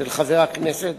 של חבר הכנסת